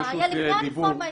הבעיה התחילה לפני הרפורמה.